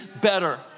better